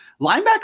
Linebacker